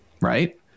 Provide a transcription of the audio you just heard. right